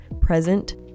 present